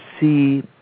see